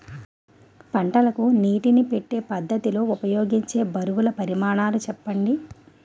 పంటలకు నీటినీ పెట్టే పద్ధతి లో ఉపయోగించే బరువుల పరిమాణాలు చెప్పండి?